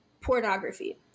pornography